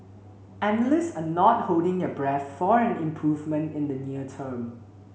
analysts are not holding their breath for an improvement in the near term